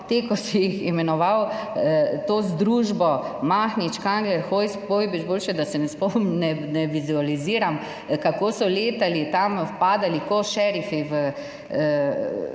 te, ko si jih imenoval, to združbo Mahnič, Kangler, Hojs, Pojbič, boljše, da se ne spomn…, ne vizualiziram kako so letali tam, padali kot šerifi v